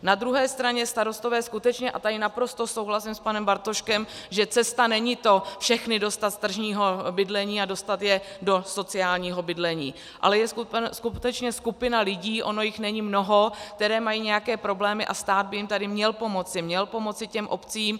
Na druhé straně starostové skutečně, a tady naprosto souhlasím s panem Bartoškem, že cesta není to všechny dostat z tržního bydlení a dostat je do sociálního bydlení, ale je skutečně skupina lidí, ono jich není mnoho, kteří mají nějaké problémy, a stát by jim tady měl pomoci, měl pomoci těm obcím.